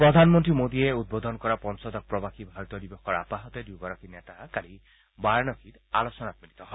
প্ৰধানমন্ত্ৰী মোদীয়ে উদ্বোধন কৰা পঞ্ণদশ প্ৰৱাসী ভাৰতীয় দিৱসৰ আপাহতে দুয়োগৰাকী নেতা কালি বাৰানসীত আলোচনাত মিলিত হয়